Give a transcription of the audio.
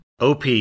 OP